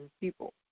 people